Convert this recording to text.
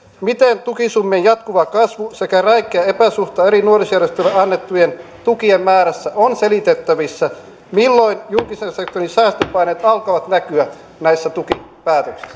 miten tukisummien jatkuva kasvu sekä räikeä epäsuhta eri nuorisojärjestöille annettujen tukien määrässä ovat selitettävissä milloin julkisen sektorin säästöpaineet alkavat näkyä näissä tukipäätöksissä